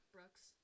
Brooks